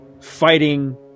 fighting